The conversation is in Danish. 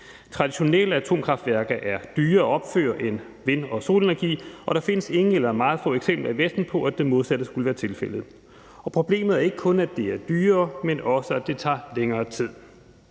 Traditionelle atomkraftværker er dyrere at opføre end vind- og solenergianlæg, og der findes ingen eller meget få eksempler i Vesten på, at det modsatte skulle være tilfældet. Problemet er ikke kun, at det er dyrere, men også at det tager længere tid.